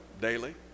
daily